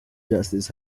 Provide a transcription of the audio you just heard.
justice